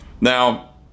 now